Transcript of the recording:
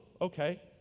okay